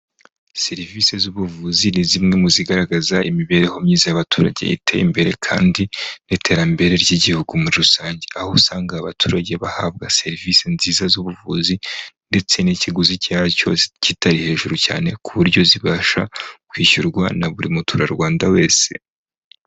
serivisi z'ubuvuzi ni zimwe mu zigaragaza imibereho myiza y'abaturage iteye imbere kandi n'iterambere ry'igihugu muri rusange, aho usanga abaturage bahabwa serivisi nziza z'ubuvuzi ndetse n'ikiguzi cyari cyose kitari hejuru cyane kuburyo zibasha kwishyurwa na buri Muturarwanda wese.